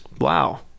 Wow